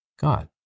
God